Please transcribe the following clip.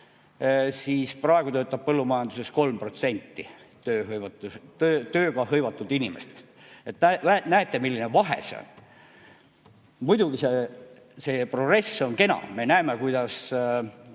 siis praegu töötab põllumajanduses 3% tööga hõivatud inimestest. Näete, milline vahe see on! Muidugi, progress on kena. Me näeme, kuidas